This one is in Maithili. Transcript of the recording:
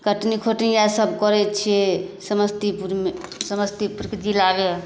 कटनी खोटनी आओरसब करै छिए समस्तीपुरमे समस्तीपुरके जिलामे